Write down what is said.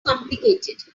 complicated